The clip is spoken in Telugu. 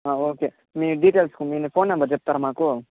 ఓకే మీ డిటెయిల్స్ కొంచెం మీ ఫోన్ నంబర్ చెప్తారా మాకు